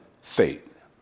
faith